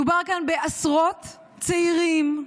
מדובר כאן בעשרות צעירים,